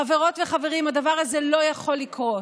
חברות וחברים, הדבר הזה לא יכול לקרות.